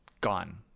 gone